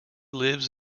lives